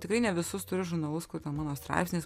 tikrai ne visus turiu žurnalus kur ten mano straipsnis